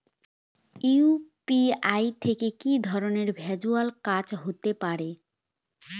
UPI থেকে কি ধরণের ভার্চুয়াল কাজ হতে পারে?